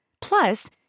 Plus